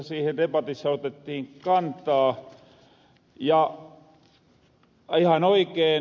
siihen debatissa otettiin kantaa ja ihan oikeen ed